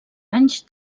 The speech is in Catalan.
anys